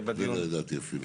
זה לא ידעתי אפילו.